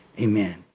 Amen